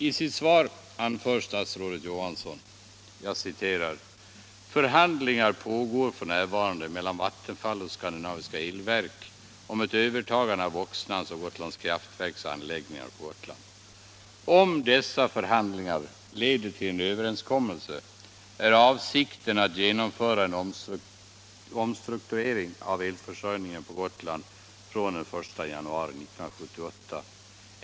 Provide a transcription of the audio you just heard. I sitt svar anför statsrådet Johansson: ”Förhandlingar pågår f. n. mellan Vattenfall och Skandinaviska Elverk om ett övertagande av Voxnans och Gotlands kraftverks anläggningar på Gotland. Om dessa förhandlingar leder till en överenskommelse är avsikten att genomföra en omstrukturering av elförsörjningen på Gotland från den 1 januari 1978.